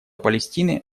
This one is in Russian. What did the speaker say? палестины